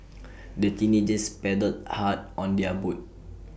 the teenagers paddled hard on their boat